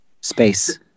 space